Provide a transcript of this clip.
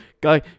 Go